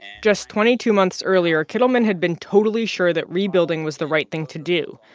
just twenty two months earlier, kittleman had been totally sure that rebuilding was the right thing to do.